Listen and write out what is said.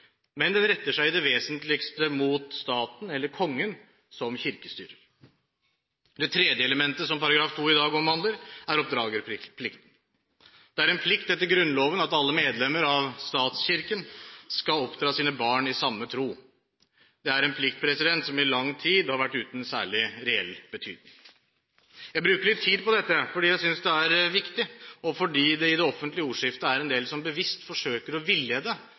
men den retter seg i det vesentligste mot staten eller Kongen som kirkestyrer. Det tredje elementet som § 2 i dag omhandler, er oppdragerplikten. Det er en plikt etter Grunnloven at alle medlemmer av statskirken skal oppdra sine barn i samme tro. Det er en plikt som i lang tid har vært uten særlig reell betydning. Jeg bruker litt tid på dette fordi jeg synes det er viktig, og fordi det i det offentlige ordskiftet er en del som bevisst forsøker å villede rundt disse spørsmålene. Det